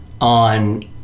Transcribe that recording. on